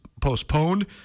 postponed